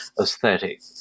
aesthetic